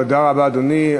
תודה רבה, אדוני.